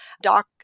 Doc